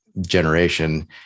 generation